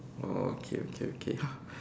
oh okay okay okay